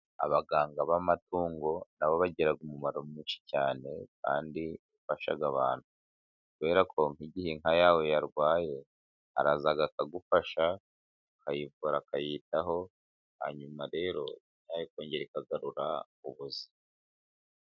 Abaganga b'amatungo na bo bagira umumaro mwinshi cyane, kandi bafasha abantu. Kubera ko nk'igihe inka yawe yarwaye, araza akagufasha akayivura akayitaho, hanyuma rero inka yawe ikongera ikagarura ubuzima.